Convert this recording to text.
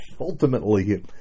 Ultimately